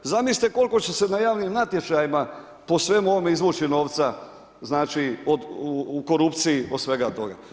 Zamislite koliko će se na javnim natječajima po svemu ovome izvući novca, znači u korupciji od svega toga.